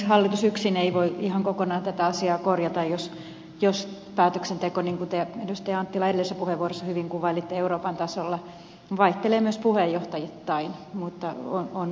hallitus yksin ei voi ihan kokonaan tätä asiaa korjata jos päätöksenteko niin kuin te edustaja anttila edellisessä puheenvuorossa hyvin kuvailitte euroopan tasolla vaihtelee myös puheenjohtajittain